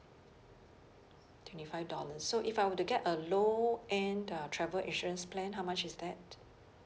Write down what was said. twenty five dollars so if I were to get a low end uh travel insurance plan how much is that